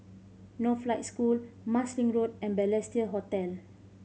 Northlight School Marsiling Road and Balestier Hotel